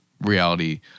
reality